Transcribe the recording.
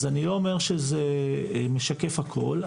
אז אני לא אומר שזה משקף הכול,